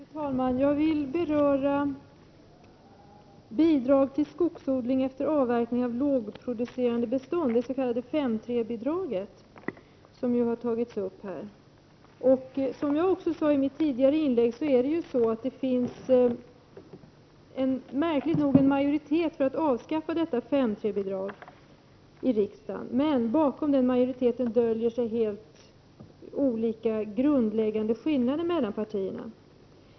Fru talman! Jag vill beröra bidraget till skogsodling efter avverkning av lågproducerande bestånd, det s.k. 5:3-bidraget, som tagits upp här. Som jag sade i mitt tidigare inlägg finns det märkligt nog en majoritet i riksdagen för att avskaffa 5:3-bidraget. Bakom den majoriteten döljer sig grundläggande skillnader mellan partierna.